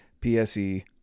PSE